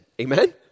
Amen